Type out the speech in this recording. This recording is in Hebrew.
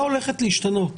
החוגה הולכת להשתנות,